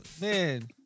Man